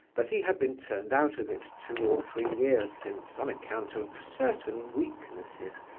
but he had been turned out of it two or three years since on account of certain weaknesses,